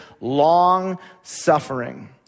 long-suffering